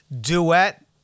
duet